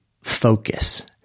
focus